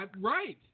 right